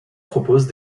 propose